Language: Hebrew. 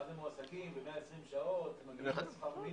מה זה מועסקים ב-120 שעות ומגיעים לשכר מינימום?